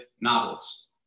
novels